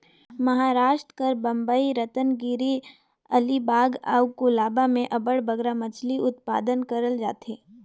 महारास्ट कर बंबई, रतनगिरी, अलीबाग अउ कोलाबा में अब्बड़ बगरा मछरी उत्पादन करल जाथे